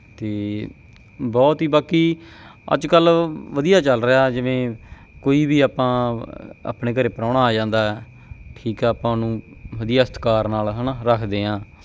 ਅਤੇ ਬਹੁਤ ਹੀ ਬਾਕੀ ਅੱਜ ਕੱਲ੍ਹ ਵਧੀਆ ਚੱਲ ਰਿਹਾ ਜਿਵੇਂ ਕੋਈ ਵੀ ਆਪਾਂ ਆਪਣੇ ਘਰ ਪ੍ਰਾਹੁਣਾ ਆ ਜਾਂਦਾ ਠੀਕ ਆ ਆਪਾਂ ਉਹਨੂੰ ਵਧੀਆ ਸਤਿਕਾਰ ਨਾਲ ਹੈ ਨਾ ਰੱਖਦੇ ਹਾਂ